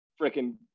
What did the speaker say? freaking